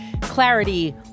clarity